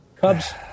Cubs